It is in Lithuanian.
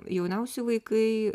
jauniausi vaikai